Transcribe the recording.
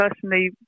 personally